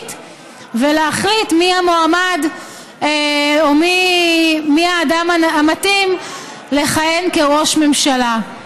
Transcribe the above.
חופשית ולהחליט מי המועמד או מי האדם המתאים לכהן כראש ממשלה.